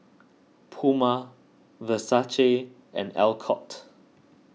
Puma Versace and Alcott